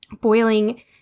boiling